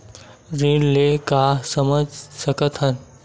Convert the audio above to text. ऋण ले का समझ सकत हन?